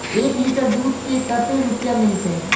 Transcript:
एक लीटर दूध के कते रुपया मिलते?